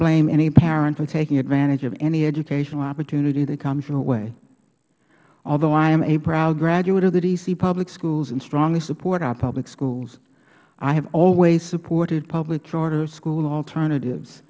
blame any parent for taking advantage of any educational opportunity that comes your way although i am a proud graduate of the d c public schools and strongly support our public schools i have always supported public charter school alternatives